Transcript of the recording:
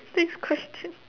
next question